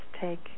take